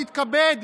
תתכבד,